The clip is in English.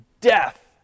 death